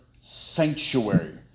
sanctuary